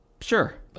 Sure